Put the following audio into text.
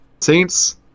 Saints